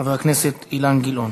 חבר הכנסת אילן גילאון.